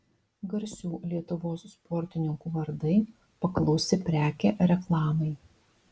garsių lietuvos sportininkų vardai paklausi prekė reklamai